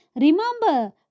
Remember